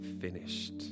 finished